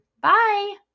Bye